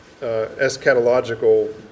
eschatological